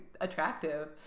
attractive